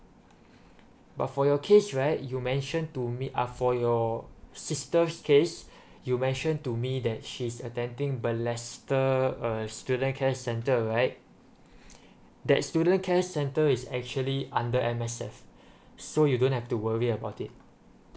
but for your case right you mentioned to me ah for your sister's case you mentioned to me that he's attending balestier uh student care center right that's student care centre is actually under M_S_F so you don't have to worry about it